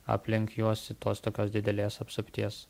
aplink juos tos tokios didelės apsupties